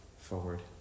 forward